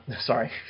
sorry